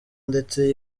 ndetse